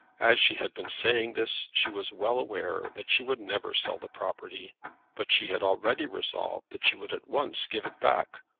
as she had been saying this she was well aware that she would never sell the property but she had already resolved that she would at once give it back,